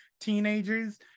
teenagers